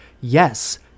yes